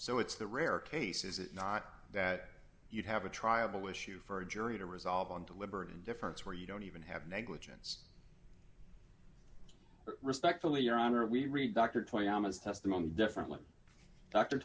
so it's the rare case is it not that you'd have a triable issue for a jury to resolve on deliberate indifference where you don't even have negligence respectfully your honor we read dr twenty ahmed's testimony differently dr